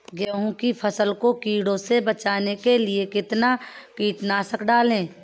गेहूँ की फसल को कीड़ों से बचाने के लिए कितना कीटनाशक डालें?